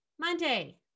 Monday